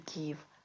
give